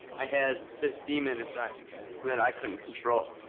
i had this demon inside me that i couldn't control.